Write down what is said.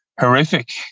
horrific